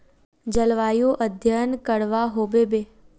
जलवायु अध्यन करवा होबे बे?